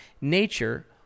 nature